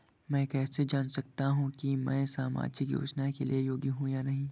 मैं कैसे जान सकता हूँ कि मैं सामाजिक योजना के लिए योग्य हूँ या नहीं?